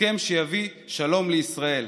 הסכם שיביא שלום לישראל,